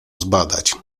zbadać